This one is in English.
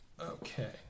Okay